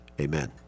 Amen